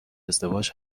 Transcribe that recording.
ازدواج